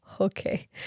okay